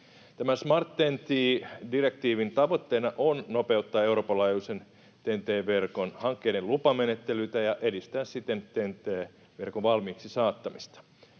Smart TEN-T ‑direktiivin tavoitteena on nopeuttaa Euroopan laajuisen TEN-T-verkon hankkeiden lupamenettelyitä ja edistää sitten TEN-T-verkon valmiiksi saattamista.